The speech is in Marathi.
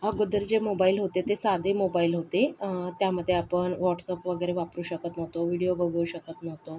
अगोदर जे मोबाईल होते ते साधे मोबाईल होते त्यामध्ये आपण व्हॉट्सअप वगैरे वापरू शकत नव्हतो व्हिडिओ बघू शकत नव्हतो